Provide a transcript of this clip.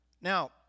Now